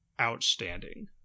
outstanding